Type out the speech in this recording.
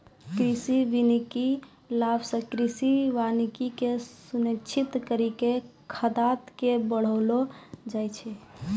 कृषि वानिकी लाभ से कृषि वानिकी के सुनिश्रित करी के खाद्यान्न के बड़ैलो जाय छै